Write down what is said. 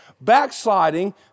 backsliding